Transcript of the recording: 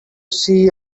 see